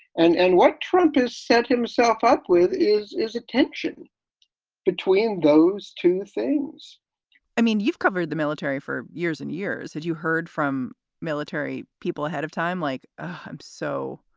and and what trump has set himself up with is, is a tension between those two things i mean, you've covered the military for years and years. had you heard from military people ahead of time, like so